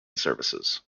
services